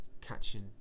catching